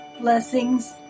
blessings